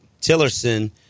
Tillerson